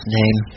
name